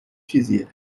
چیزیه